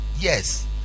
yes